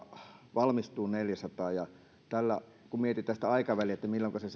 valmistuu neljäsataa ja kun mietitään sitä aikaväliä milloinka se